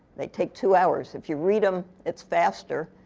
they take two hours. if you read them, it's faster.